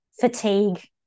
fatigue